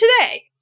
today